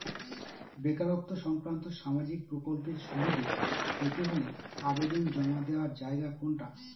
বেকারত্ব সংক্রান্ত সামাজিক প্রকল্পের সুবিধে পেতে হলে আবেদন জমা দেওয়ার জায়গা কোনটা?